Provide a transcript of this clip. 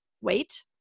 wait